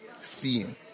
Seeing